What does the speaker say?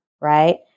Right